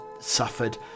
suffered